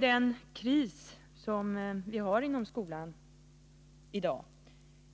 Den kris som vi har inom skolan i dag